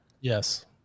Yes